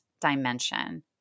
dimension